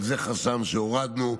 גם זה חסם שהורדנו.